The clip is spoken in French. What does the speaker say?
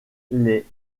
les